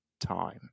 time